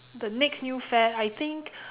the next new fad I think